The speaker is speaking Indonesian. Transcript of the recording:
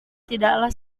tidaklah